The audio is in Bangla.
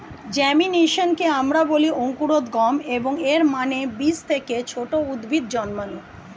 জেমিনেশনকে আমরা বলি অঙ্কুরোদ্গম, এবং এর মানে বীজ থেকে ছোট উদ্ভিদ জন্মানো